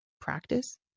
practice